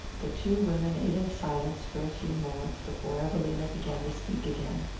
the two women ate in silence for a few moments before evelina began to speak again.